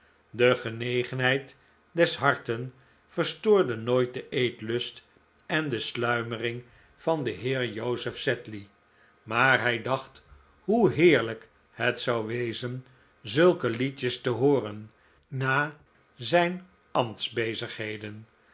de genegenheid des harten verstoorde nooit den eetlust en de sluimering van den heer joseph sedley maar hij dacht hoe heerlijk het zou wezen zulke liedjes te hooren na zijn